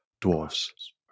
dwarfs